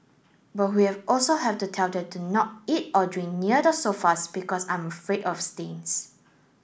but we have also have to tell them to not eat or drink near the sofas because I'm afraid of stains